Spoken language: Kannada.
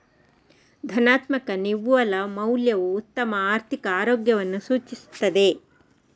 ಧನಾತ್ಮಕ ನಿವ್ವಳ ಮೌಲ್ಯವು ಉತ್ತಮ ಆರ್ಥಿಕ ಆರೋಗ್ಯವನ್ನು ಸೂಚಿಸುತ್ತದೆ